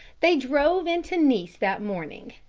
they drove into nice that morning,